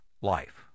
life